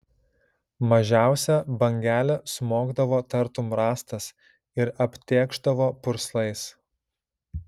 mažiausia bangelė smogdavo tartum rąstas ir aptėkšdavo purslais